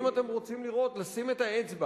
אם אתם רוצים לראות, לשים את האצבע